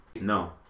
No